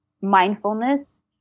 mindfulness